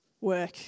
work